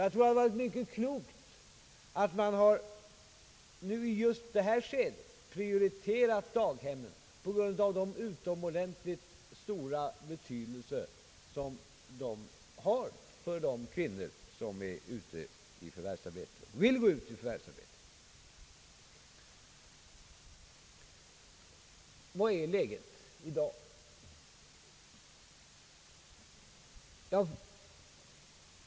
Jag tror att det är mycket klokt att man just under detta skede prioriterat daghemmen på grund av den utomordentligt stora betydelse som de har för de kvinnor som vill gå ut i förvärvsarbete. Hur är läget i dag?